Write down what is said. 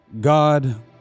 God